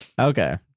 Okay